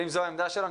אם זו העמדה שלו,